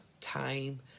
time